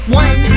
one